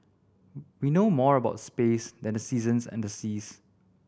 we know more about space than the seasons and the seas